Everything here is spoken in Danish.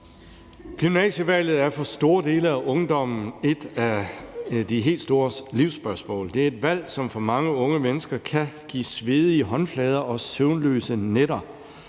Gymnasievalget er for store dele af ungdommen et af de helt store livsspørgsmål. Det er et valg, som for mange unge mennesker kan give svedige håndflader og søvnløse nætter.